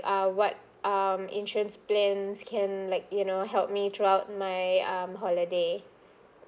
uh what um insurance plans can like you know help me throughout my um holiday